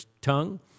tongue